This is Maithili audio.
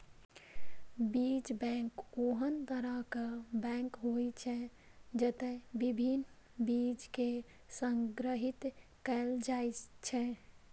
बीज बैंक ओहन तरहक बैंक होइ छै, जतय विभिन्न बीज कें संग्रहीत कैल जाइ छै